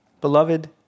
Beloved